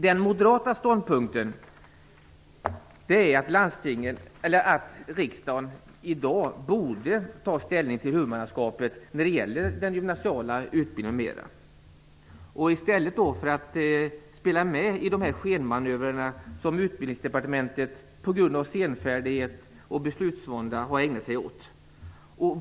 Den moderata ståndpunkten är att riksdagen i dag borde ta ställning till huvudmannaskapet för den gymnasiala utbildningen m.m. i stället för att spela med i de skenmanövrar som Utbildningsdepartementet på grund av senfärdighet och beslutsvånda har ägnat sig åt.